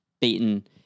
beaten